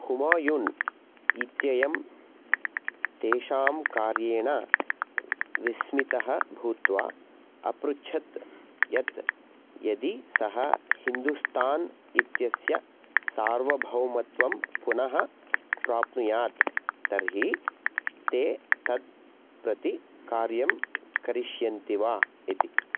हुमायुन् इत्ययं तेषां कार्येण विस्मितः भूत्वा अपृच्छत् यत् यदि सः हिन्दुस्तान् इत्यस्य सार्वभौमत्वं पुनः प्राप्नुयात् तर्हि ते तत् प्रति कार्यं करिष्यन्ति वा इति